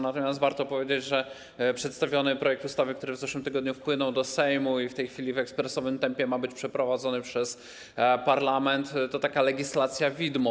Natomiast warto powiedzieć, że przedstawiony projekt ustawy, który w zeszłym tygodniu wpłynął do Sejmu i w tej chwili w ekspresowym tempie ma być przeprowadzony przez parlament, to legislacja widmo.